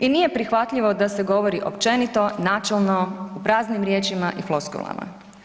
I nije prihvatljivo da se govori općenito, načelno, u praznim riječima i floskulama.